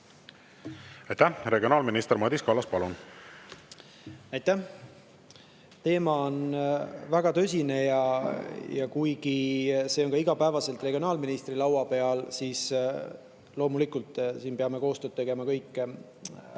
Aitäh! Regionaalminister Madis Kallas, palun! Aitäh! Teema on väga tõsine ja kuigi see on igapäevaselt regionaalministri laua peal, siis loomulikult peavad siin omavahel koostööd tegema kõik ministrid.